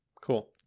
Cool